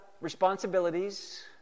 responsibilities